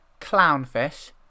Clownfish